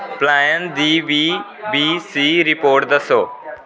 पलायन दी B B C report दस्सो